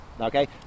okay